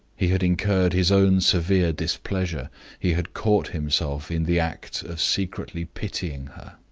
he had incurred his own severe displeasure he had caught himself in the act of secretly pitying her.